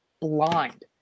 blind